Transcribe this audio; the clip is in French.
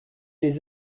les